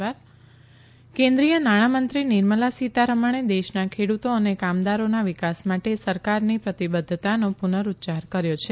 નાણાં મંત્રી નિર્મલા સીતારમણ કેન્દ્રીય નાણાંમંત્રી નિર્મળા સીતારમણે દેશના ખેડુતો અને કામદારોના વિકાસ માટે સરકારની પ્રતિબદ્ધતાનો પુનરુચ્યાર કર્યો છે